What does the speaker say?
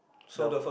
the